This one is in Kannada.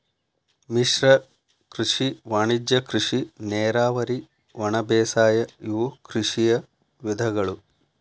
ಮಿಶ್ರ ಕೃಷಿ ವಾಣಿಜ್ಯ ಕೃಷಿ ನೇರಾವರಿ ಒಣಬೇಸಾಯ ಇವು ಕೃಷಿಯ ವಿಧಗಳು